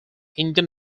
indian